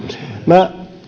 minä